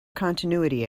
continuity